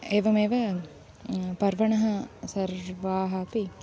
एवमेव पर्वणः सर्वे अपि